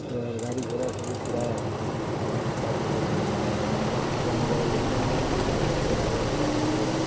ओकर बाद गाड़ी घोड़ाके भी किराया जानसे फाजिल भऽ गेलै हँ जहाँ पाँच रुपैआमे जाइ रहिए वहाँ सीधा पचास रुपैआ लागै हइ हमरा आरके जाइमे